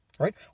right